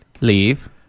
leave